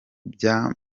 bya